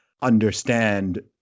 understand